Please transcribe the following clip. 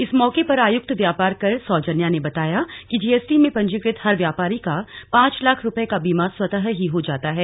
इस मौके पर आयुक्त व्यापार कर सौजन्या ने बताया कि जीएसटी में पंजीकृत हर व्यापारी का पांच लाख रुपये का बीमा स्वतः ही हो जाता है